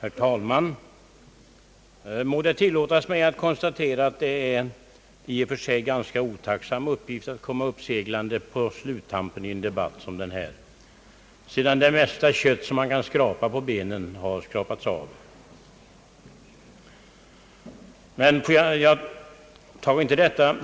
Herr talman! Må det tillåtas mig att konstatera att det är en i och för sig ganska otacksam uppgift att komma uppseglande på sluttampen i en debatt som denna, sedan det mesta köttet har skrapats av benen. Jag säger inte detta